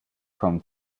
from